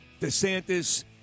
DeSantis